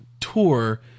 tour